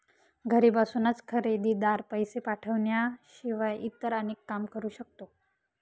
घरी बसूनच खरेदीदार, पैसे पाठवण्याशिवाय इतर अनेक काम करू शकतो